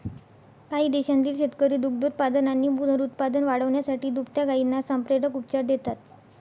काही देशांतील शेतकरी दुग्धोत्पादन आणि पुनरुत्पादन वाढवण्यासाठी दुभत्या गायींना संप्रेरक उपचार देतात